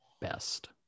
best